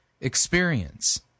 experience